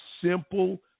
simple